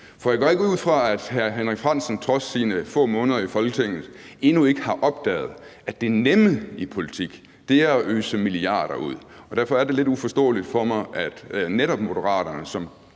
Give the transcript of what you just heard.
For jeg går ikke ud fra, at hr. Henrik Frandsen – trods sine få måneder i Folketinget – endnu ikke har opdaget, at det nemme i politik er at øse milliarder ud. Derfor er det lidt uforståeligt for mig, at netop Moderaterne,